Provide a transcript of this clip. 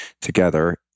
together